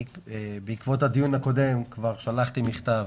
בעקבות הדיון הקודם כבר שלחתי מכתב,